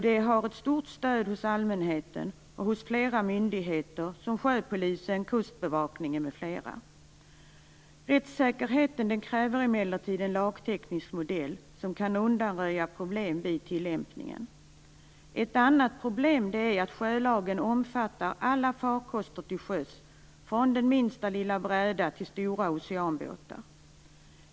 Det har ett stort stöd hos allmänheten och hos flera myndigheter som Sjöpolisen, Kustbevakningen m.fl. Rättssäkerheten kräver emellertid en lagteknisk modell som kan undanröja problem vid tillämpningen. Ett annat problem är att sjölagen omfattar alla farkoster till sjöss från den minsta lilla bräda till stora oceanbåtar.